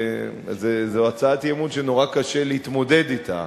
זו הצעת אי-אמון שנורא קשה להתמודד אתה.